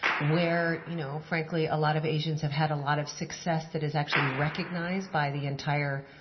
where you know frankly, a lot of asians have had a lot of success that is actually recognized by the entire